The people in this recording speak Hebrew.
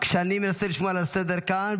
כשאני מנסה לשמור על הסדר כאן,